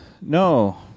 No